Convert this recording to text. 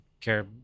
care